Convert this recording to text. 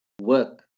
work